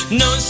no